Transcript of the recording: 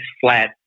flat